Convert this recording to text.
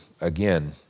again